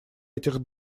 этих